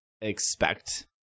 expect